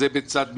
זה בצד מזרח,